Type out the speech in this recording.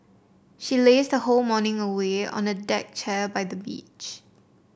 she lazed her whole morning away on a deck chair by the beach